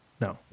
No